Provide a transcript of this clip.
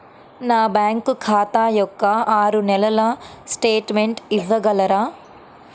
నా బ్యాంకు ఖాతా యొక్క ఆరు నెలల స్టేట్మెంట్ ఇవ్వగలరా?